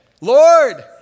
Lord